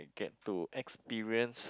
get to experience